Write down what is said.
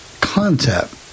concept